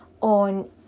on